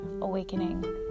awakening